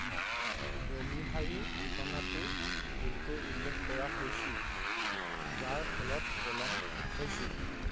delivery ঠিকনাটো ভুলকৈ উল্লেখ কৰা হৈছিল যাৰ ফলত পলম হৈছিল